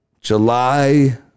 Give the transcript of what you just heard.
July